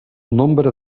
nombre